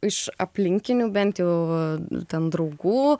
iš aplinkinių bent jau ten draugų